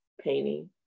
painting